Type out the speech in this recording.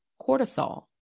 cortisol